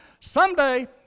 someday